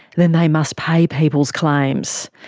then they must pay people's claims.